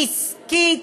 עסקית